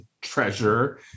treasure